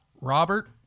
Robert